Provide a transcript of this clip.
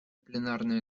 пленарное